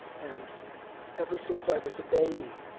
and ever since i was a baby,